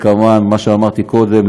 מה שאמרתי קודם.